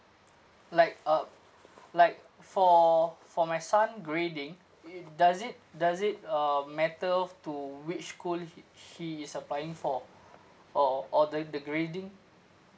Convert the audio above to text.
like uh like for for my son grading it does it does it um matter off to which school he he is applying for for or the the grading